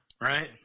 Right